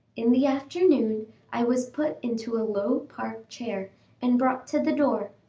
in the afternoon i was put into a low park chair and brought to the door.